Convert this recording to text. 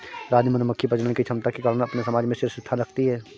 रानी मधुमक्खी प्रजनन की क्षमता के कारण अपने समाज में शीर्ष स्थान रखती है